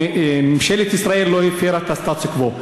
ממשלת ישראל לא הפרה את הסטטוס-קוו.